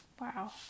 Wow